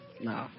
No